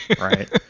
Right